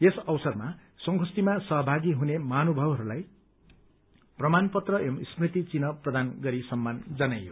यस अवसरमा संगोष्ठीमा सहभागी हुने महानुभावहरूलाई प्रमाण पत्र एवं स्मृति चिन्ह प्रदान गरी सम्मान जनाइयो